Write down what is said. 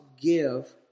give